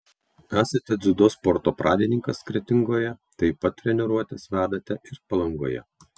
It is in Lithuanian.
esate dziudo sporto pradininkas kretingoje taip pat treniruotes vedate ir palangoje